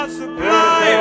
supply